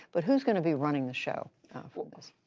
but who is going to be running the show for this?